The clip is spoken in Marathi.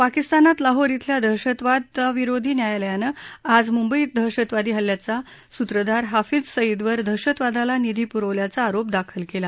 पाकिस्तानात लाहोर खिल्या दहशतवादाविरोधी न्यायालयानं आज मुंबई दहशतवादी हल्ल्याचा सूत्रधार हफिज सईदवर दहशतवादाला निधी पुरवल्याचा आरोप दाखल केला